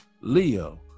Leo